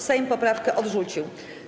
Sejm poprawkę odrzucił.